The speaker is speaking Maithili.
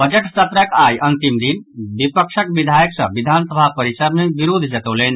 बजट सत्रक आइ अंतिम दिन विपक्षक विधायक सभ विधान सभा परिसर मे विरोध जतौलनि